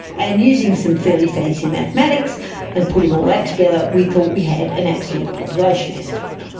and using some fairly fancy mathematics and putting all that together we thought we had an absolute population estimate.